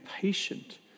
patient